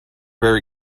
very